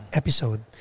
episode